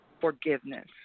forgiveness